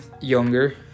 younger